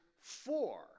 four